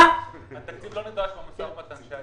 התקציב לא נדרש במשא ומתן.